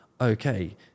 okay